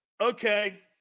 okay